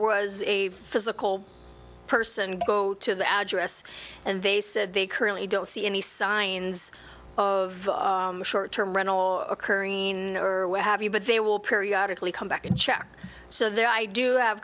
was a physical person to go to the address and they said they currently don't see any signs of short term rental occurring or what have you but they will periodically come back and check so there i do have